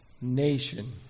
nation